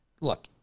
Look